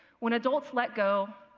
when adults let go,